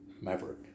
Maverick